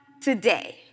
today